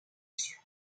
sur